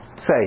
say